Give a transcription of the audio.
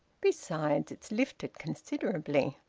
besides, it's lifted considerably.